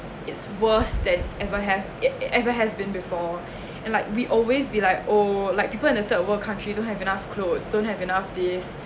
it's worse that's ever have it it ever has been before and like we always be like oh like people in a third world country don't have enough clothes don't have enough this